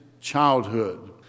childhood